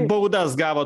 baudas gavo